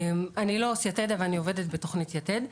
אני לא עו"ס יתד, אבל אני עובדת בתוכנית יתד.